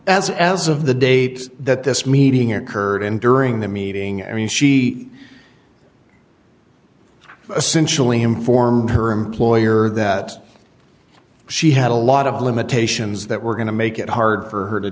that's as of the date that this meeting occurred and during the meeting i mean she essentially informed her employer that she had a lot of limitations that were going to make it hard for her to